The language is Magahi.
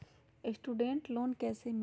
स्टूडेंट लोन कैसे मिली?